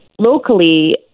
locally